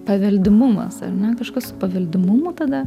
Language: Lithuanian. paveldimumas ar ne kažkas su paveldimumu tada